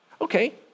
Okay